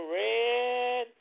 red